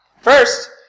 First